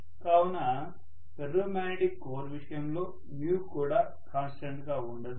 కావున ferromagnetic core విషయంలో కూడా కాన్స్టెంట్ గా ఉండదు